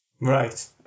Right